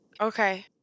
okay